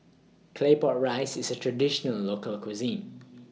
Claypot Rice IS A Traditional Local Cuisine